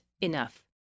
enough